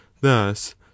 thus